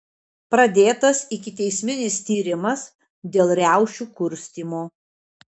pradėtas ikiteisminis tyrimas dėl riaušių kurstymo